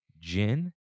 Gin